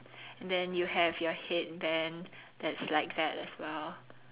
then you have your headband that's like that as well